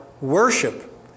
worship